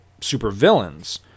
supervillains